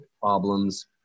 problems